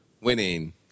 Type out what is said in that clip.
Winning